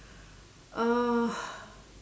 uh